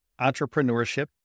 entrepreneurship